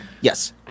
Yes